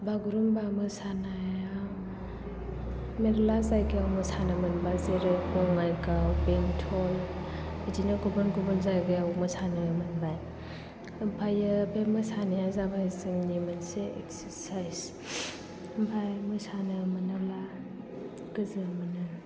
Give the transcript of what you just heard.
बागुरुमबा मोसानायाव मेरला जायगायाव मोसानो मोनबाय जेरै बङाइगाव बेंटल बिदिनो गुबुन गुबुन जायगायाव मोसानो मोनबाय ओमफायो बे मोसानाया जाबाय जोंनि मोनसे एक्सारसाय्स आमफाय मोसानो मोनोब्ला गोजोन मोनो